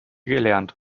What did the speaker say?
gelernt